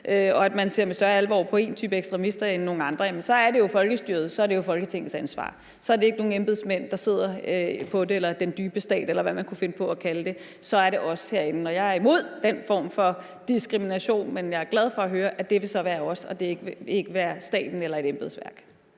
så man ser med større alvor på en type ekstremister end nogle andre, er det jo folkestyrets og Folketingets ansvar. Så det er ikke nogle embedsmænd, den dybe stat, eller hvad man kunne finde på at kalde det, der sidder med det; så er det os herinde. Jeg er imod den form for diskrimination, men jeg er glad for, at det så vil være os, der skal sidde med det, og ikke staten eller et embedsværk.